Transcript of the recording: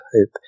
hope